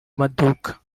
maduka